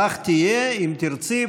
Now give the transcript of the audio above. לך תהיה, אם תרצי.